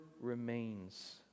remains